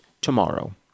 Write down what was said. tomorrow